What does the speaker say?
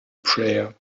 prayer